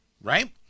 Right